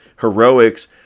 heroics